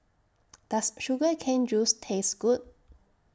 Does Sugar Cane Juice Taste Good